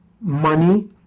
money